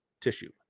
tissue